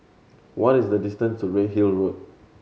what is the distance to Redhill Road